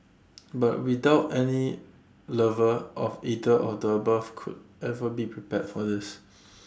but we doubt any lover of either of the above could ever be prepared for this